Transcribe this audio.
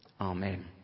Amen